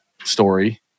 story